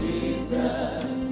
Jesus